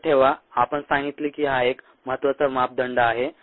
लक्षात ठेवा आपण सांगितले की हा एक महत्त्वाचा मापदंड आहे